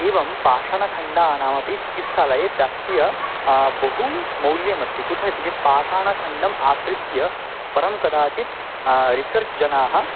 एवं पाषाणखण्डानामपि चिकित्सालये तस्य बहु मौल्यम् अस्ति कुत्र इति चेत् पाषाणखण्डम् आश्रित्य परं कदाचित् रिसर्च् जनाः